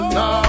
no